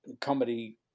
comedy